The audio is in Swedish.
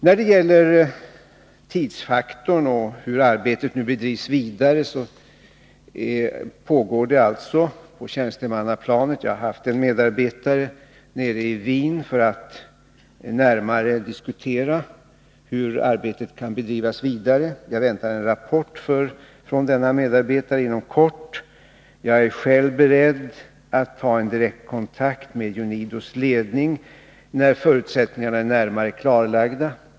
När det gäller tidsfaktorn och arbetets fortsatta bedrivande vill jag nämna att detta pågår på tjänstemannaplanet. En av mina medarbetare har varit nere i Wien för att närmare diskutera hur arbetet kan bedrivas vidare. Jag väntar en rapport inom kort från denna medarbetare. Jag är själv beredd att ta en direktkontakt med UNIDO:s ledning när förutsättningarna härför är närmare klarlagda.